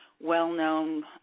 well-known